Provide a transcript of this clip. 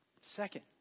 second